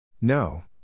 No